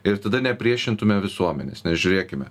ir tada nepriešintume visuomenės nes žiūrėkime